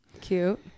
Cute